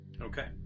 Okay